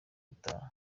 gitaha